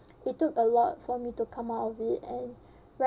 it took a lot for me to come out of it and ri~